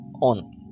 on